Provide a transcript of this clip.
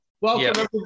Welcome